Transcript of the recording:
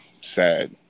Sad